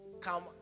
come